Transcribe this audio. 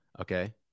okay